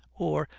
or,